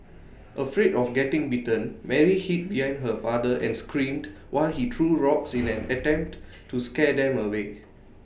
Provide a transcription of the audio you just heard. afraid of getting bitten Mary hid behind her father and screamed while he threw rocks in an attempt to scare them away